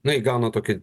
na įgauna tokį